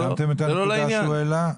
תרשמו את הנקודה שהוא מעלה.